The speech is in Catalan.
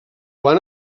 van